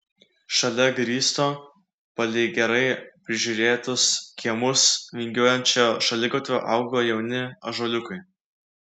šalia grįsto palei gerai prižiūrėtus kiemus vingiuojančio šaligatvio augo jauni ąžuoliukai